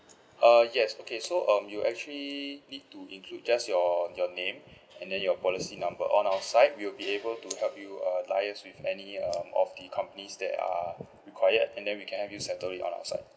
uh yes okay so um you actually need to include just your your name and then your policy number on our side we'll be able to help you uh liaise with any um of the companies that are required and then we can help you settle it on our side